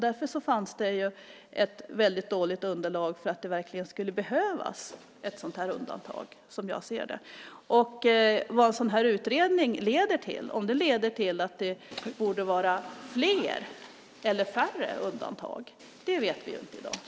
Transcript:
Därför fanns det ett väldigt dåligt underlag för att det verkligen skulle behövas ett sådant här undantag, som jag ser det. Vad en sådan här utredning leder till, om den leder till att det borde vara fler eller färre undantag, vet vi inte i dag.